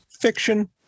fiction